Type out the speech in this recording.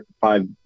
five